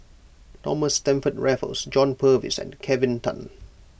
Thomas Stamford Raffles John Purvis and Kelvin Tan